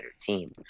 team